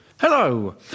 Hello